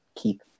keep